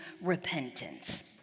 repentance